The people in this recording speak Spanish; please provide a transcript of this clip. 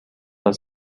las